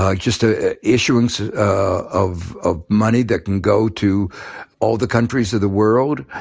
like just a issuance ah of of money that can go to all the countries of the world.